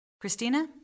Christina